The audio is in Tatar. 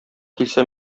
килсә